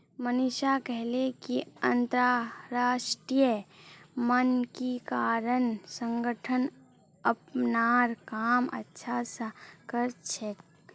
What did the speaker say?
मनीषा कहले कि अंतरराष्ट्रीय मानकीकरण संगठन अपनार काम अच्छा स कर छेक